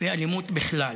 ואלימות בכלל,